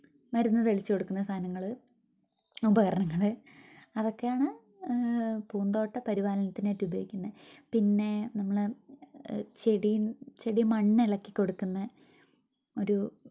മരുന്ന് തളിച്ച് കൊടുക്കുന്ന സാധനങ്ങള് ഉപകരണങ്ങള് അതൊക്കെയാണ് പൂന്തോട്ട പരിപാലനത്തിനായിട്ട് ഉപയോഗിക്കുന്നത് പിന്നെ നമ്മളെ ചെടി ചെടി മണ്ണിളക്കി കൊടുക്കുന്ന ഒരു